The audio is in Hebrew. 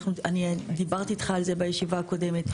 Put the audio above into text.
אני דיברתי איתך על זה בישיבה הקודמת.